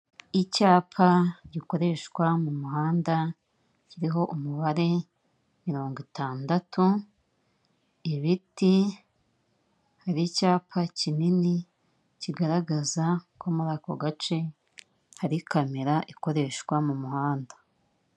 Icyapa gikoreshwa mu muhanda kiriho umubare mirongo itandatu, ibiti, hari icyapa kinini kigaragaza ko muri ako gace hari kamera ikoreshwa mu muhanda.